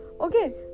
okay